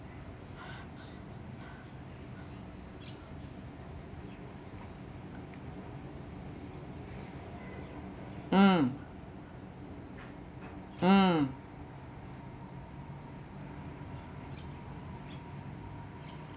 mm mm